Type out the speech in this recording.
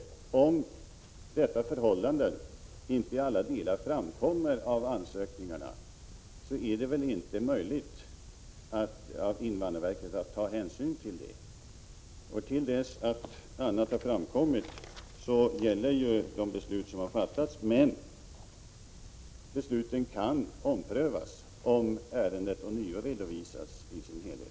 Om det av ansökan inte framgår att det är fråga om en jude är det inte möjligt för invandrarverket att beakta detta förhållande. Till dess att annat har framkommit gäller naturligtvis de beslut som fattats, men, som jag anfört, besluten kan omprövas om ärendet ånyo redovisas i sin helhet.